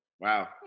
Wow